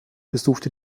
besuchte